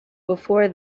before